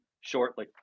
shortly